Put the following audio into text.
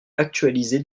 actualisée